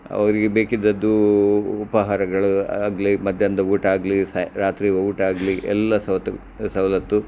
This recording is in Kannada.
ಅವರಿಗೆ ಬೇಕಿದ್ದದ್ದು ಉಪಹಾರಗಳು ಆಗಲಿ ಮಧ್ಯಾಹ್ನದ ಊಟ ಆಗಲಿ ಸಹ ರಾತ್ರಿಯ ಊಟ ಆಗಲಿ ಎಲ್ಲ ಸೌತು ಸವಲತ್ತು